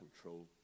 control